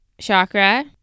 chakra